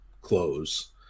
close